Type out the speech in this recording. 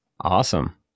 Awesome